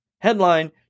Headline